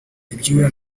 ibyuya